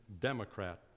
Democrat